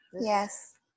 yes